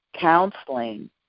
counseling